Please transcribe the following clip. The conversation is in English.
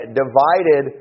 divided